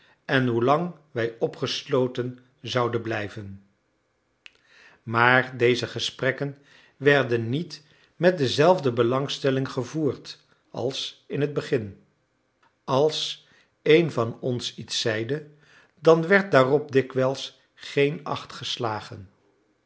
en hoelang wij opgesloten zouden blijven maar deze gesprekken werden niet met dezelfde belangstelling gevoerd als in het begin als een van ons iets zeide dan werd daarop dikwijls geen acht geslagen